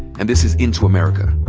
and this is into america,